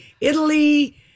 Italy